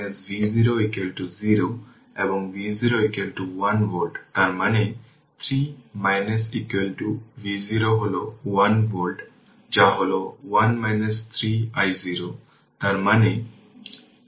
এর মানে parallel resistance লেখা কিন্তু একই সময়ে ইন্ডাক্টর টার্মিনালে এটি এই R থেভেনিন এর মত যা 2টি রেজিস্টেন্স প্যারালেল 6 বাই 3 6 2 Ω